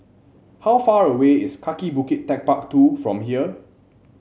how far away is Kaki Bukit TechparK Two from here